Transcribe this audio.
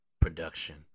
Production